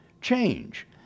change